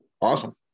Awesome